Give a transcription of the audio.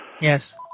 Yes